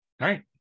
right